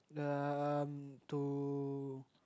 the um to